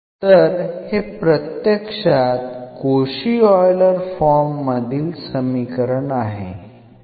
तर हे प्रत्यक्षात कोशी ऑइलर फॉर्म मधील समीकरण आहे